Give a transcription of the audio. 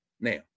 Now